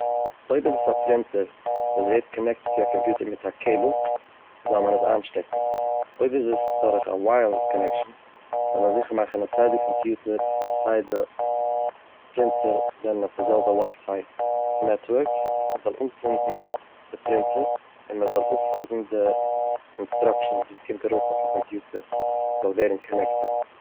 אויב איז עס א פרינטער וואס ווערט קאנעקטעד צו א קאמפיוטער מיט א קעבל זאל מען עס איינשטעקן, אויב איז עס דורך א ווייערלעס קאנעקשן זאל מען זיכער מאכן אז סיי די קאמפיוטער און סיי די פרינטער איז אויף די זעלבע נעטווארק, מ'זאל אנצונדען די פרינטער און מען זאל אויספאלגן די אינסטראקשןס וואס קומט ארויף אויף די קאמפיוטער מ'זאל ווערן קאנעקטעד.